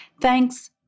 Thanks